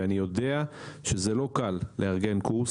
ואני יודע שזה לא קל לארגן קורס,